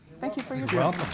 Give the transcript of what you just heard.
thank you for your